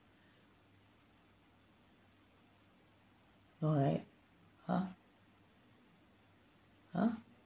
alright !huh! !huh!